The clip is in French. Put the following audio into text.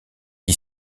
qui